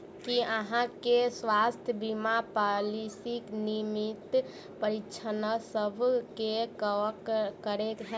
की अहाँ केँ स्वास्थ्य बीमा पॉलिसी नियमित परीक्षणसभ केँ कवर करे है?